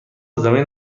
زمین